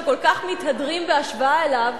שכל כך מתהדרים בהשוואה אליו,